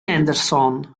anderson